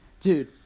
dude